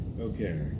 Okay